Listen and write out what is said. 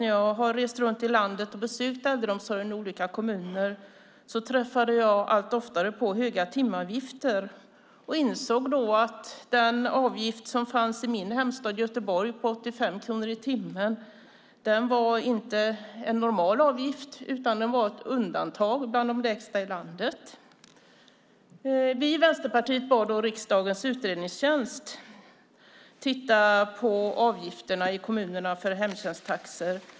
När jag reste runt i landet och besökte äldreomsorg i olika kommuner träffade jag på alltför höga timavgifter och insåg att den avgift som finns i min hemstad Göteborg, 85 kronor i timmen, inte var en normal avgift utan ett undantag, bland de lägsta i landet. Vi i Vänsterpartiet bad då riksdagens utredningstjänst att titta på avgifterna i kommunerna för hemtjänsten.